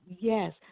yes